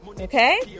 okay